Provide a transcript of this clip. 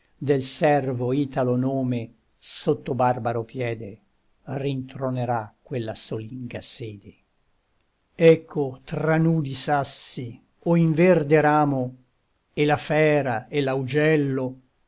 del servo italo nome sotto barbaro piede rintronerà quella solinga sede ecco tra nudi sassi o in verde ramo e la fera e l'augello